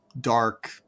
dark